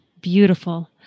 Beautiful